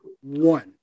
One